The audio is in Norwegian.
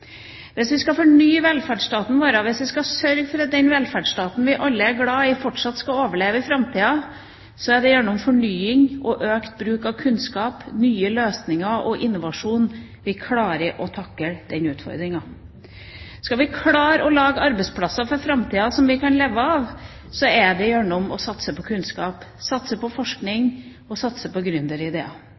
Hvis vi skal fornye velferdsstaten vår, hvis vi skal sørge for at den velferdsstaten vi alle er glad i, skal overleve i framtida, er det gjennom økt bruk av kunnskap, nye løsninger og innovasjon vi klarer å takle den utfordringen. Skal vi klare å lage arbeidsplasser for framtida som vi kan leve av, gjør vi det gjennom å satse på kunnskap, satse på forskning og satse på